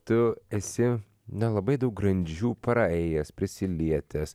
tu esi na labai daug grandžių praėjęs prisilietęs